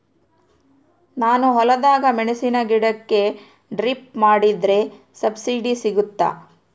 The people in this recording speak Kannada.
ನಾನು ಹೊಲದಾಗ ಮೆಣಸಿನ ಗಿಡಕ್ಕೆ ಡ್ರಿಪ್ ಮಾಡಿದ್ರೆ ಸಬ್ಸಿಡಿ ಸಿಗುತ್ತಾ?